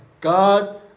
God